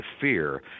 fear